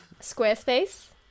Squarespace